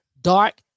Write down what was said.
dark